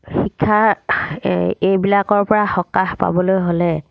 শিক্ষাৰ এইবিলাকৰ পৰা সকাহ পাবলৈ হ'লে